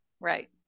right